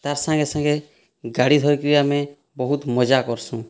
ତାର୍ ସାଙ୍ଗେସାଙ୍ଗେ ଗାଡ଼ି ଧରିକିରି ଆମେ ବହୁତ୍ ମଜା କର୍ସୁଁ